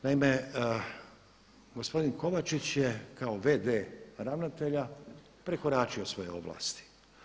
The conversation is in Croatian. Naime, gospodin Kovačić je kao v.d. ravnatelja prekoračio svoje ovlasti.